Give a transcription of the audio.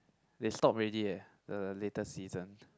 they stopped already eh the latest season